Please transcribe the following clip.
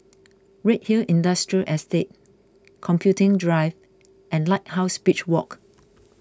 Redhill Industrial Estate Computing Drive and Lighthouse Beach Walk